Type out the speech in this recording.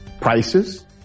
prices